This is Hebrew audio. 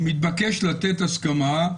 הוא מתבקש לתת הסכמה,